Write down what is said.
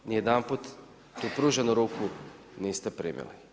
Ni jedanput tu pruženu ruku niste primili.